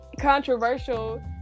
controversial